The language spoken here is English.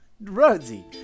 Rosie